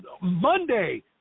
Monday